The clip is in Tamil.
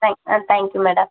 ah thank you madam